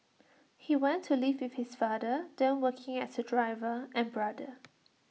he went to live with his father then working as A driver and brother